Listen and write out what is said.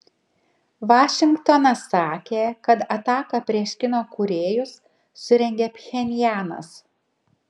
vašingtonas sakė kad ataką prieš kino kūrėjus surengė pchenjanas